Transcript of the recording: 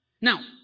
Now